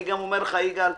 אני אומר לך יגאל פרסלר,